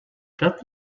that